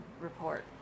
Report